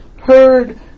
heard